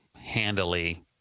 handily